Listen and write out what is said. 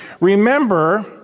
Remember